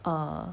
um